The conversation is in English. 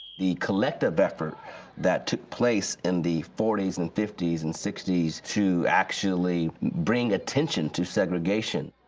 the collective effort that took place in the forty s and fifty s and sixty s to actually bring attention to segregation,